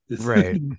Right